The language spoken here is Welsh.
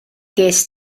ges